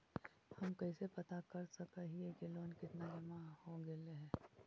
हम कैसे पता कर सक हिय की लोन कितना जमा हो गइले हैं?